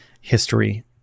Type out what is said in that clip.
history